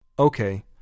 Okay